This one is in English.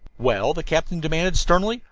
well? the captain demanded sternly.